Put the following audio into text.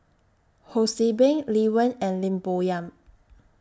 Ho See Beng Lee Wen and Lim Bo Yam